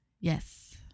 Yes